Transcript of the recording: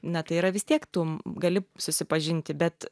na tai yra vis tiek tu gali susipažinti bet